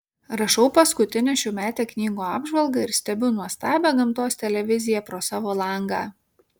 rašau paskutinę šiųmetę knygų apžvalgą ir stebiu nuostabią gamtos televiziją pro savo langą